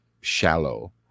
shallow